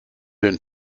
den